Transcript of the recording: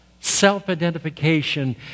self-identification